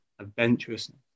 adventurousness